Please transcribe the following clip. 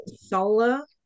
solar